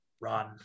run